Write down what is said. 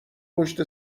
پشت